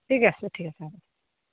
ঠিক আছে ঠিক আছে হ'ব